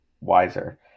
wiser